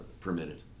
permitted